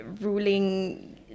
ruling